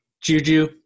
Juju